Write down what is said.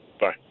Bye